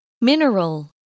Mineral